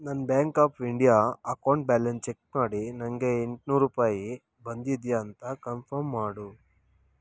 ನನ್ನ bank of India account balance check ಮಾಡಿ ನನಗೆ ಎಂಟ್ನೂರು ರೂಪಾಯಿ ಬಂದಿದೆಯಾ ಅಂತ ಕನ್ಫಮ್ ಮಾಡು